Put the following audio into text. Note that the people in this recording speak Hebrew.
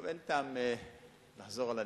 טוב, אין טעם לחזור על הנתונים,